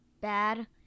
bad